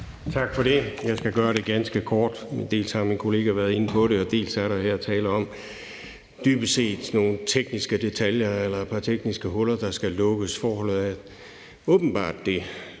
Tak for det. Jeg skal gøre det ganske kort. Dels har min kollega været inde på det, dels er der her dybest set tale om nogle tekniske detaljer eller et par tekniske huller, der skal lukkes. Forholdet er åbenbart det,